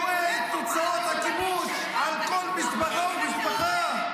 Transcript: אני רואה את תוצאות הכיבוש על כל משפחה ומשפחה,